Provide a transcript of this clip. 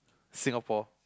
Singapore